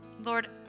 Lord